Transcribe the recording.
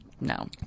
no